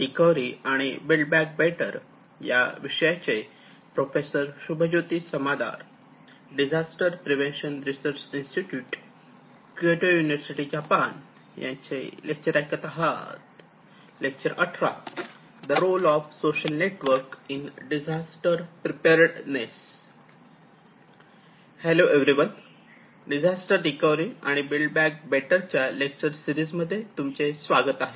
hello everyone disaster recovery आणि build back better च्या lecture series मध्ये तुमचे स्वागत आहे